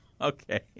Okay